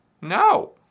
No